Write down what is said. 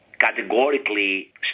categorically